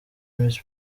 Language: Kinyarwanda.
miss